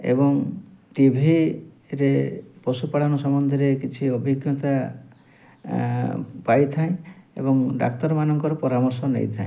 ଏବଂ ଟିଭିରେ ପଶୁପାଳନ ସମ୍ବନ୍ଧରେ କିଛି ଅଭିଜ୍ଞତା ପାଇଥାଏ ଏବଂ ଡାକ୍ତରମାନଙ୍କର ପରାମର୍ଶ ନେଇଥାଏ